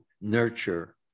nurture